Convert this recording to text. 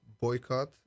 boycott